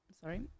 sorry